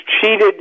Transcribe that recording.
cheated